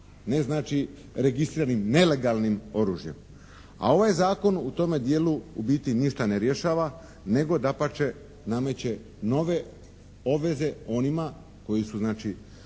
Ne znači registriranim nelegalnim oružjem. A ovaj Zakon u tome dijelu u biti ništa ne rješava nego dapače nameće nove obveze onima koji su znači